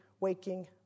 waking